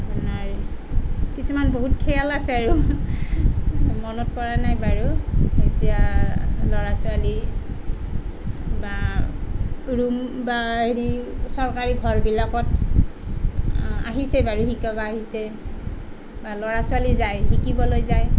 আপোনাৰ কিছুমান বহুত খেল আছে আৰু মনত পৰা নাই বাৰু এতিয়া ল'ৰা ছোৱালী বা ৰুম বা হেৰি চৰকাৰী ঘৰবিলাকত আহিছে বাৰু শিকাব আহিছে বা ল'ৰা ছোৱালী যায় শিকিবলৈ যায়